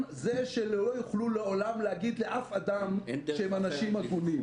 זה שלא יוכלו לעולם להגיד לאף אדם שהם אנשים הגונים.